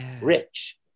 rich